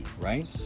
right